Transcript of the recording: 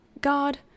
God